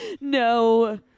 No